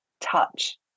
touch